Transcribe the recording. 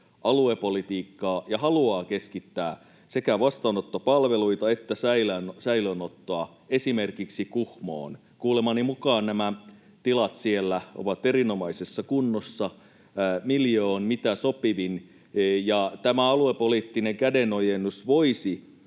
aluepolitiikkaa ja haluaa keskittää sekä vastaanottopalveluita että säilöönottoa esimerkiksi Kuhmoon. Kuulemani mukaan tilat siellä ovat erinomaisessa kunnossa, miljöö on mitä sopivin, ja tämä aluepoliittinen kädenojennus voisi